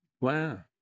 wow